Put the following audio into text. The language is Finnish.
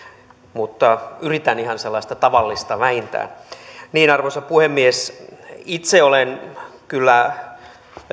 mutta yritän ihan sellaista tavallista vähintään arvoisa puhemies itse olen kyllä